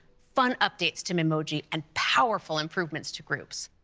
fun updates to memoji and powerful improvements to groups.